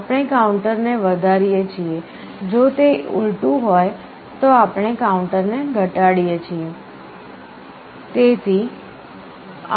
આપણે કાઉન્ટરને વધારીએ છીએ જો તે ઉલટું હોય તો આપણે કાઉન્ટરને ઘટાડીએ છીએ